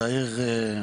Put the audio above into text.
והעיר,